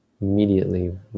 immediately